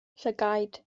llygaid